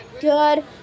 Good